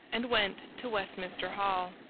and went to westminster hall.